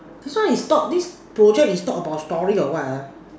this one is talk this project is talk about story or what ah